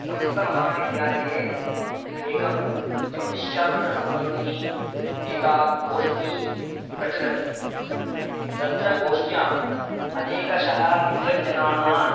संस्कृतमहाविद्यालये एकं ज्योतिश्शास्त्रसम्बन्धिनी एका गोष्टी प्रचलति तत्र गोष्ट्याम् अनेकशः विद्वज्जनाः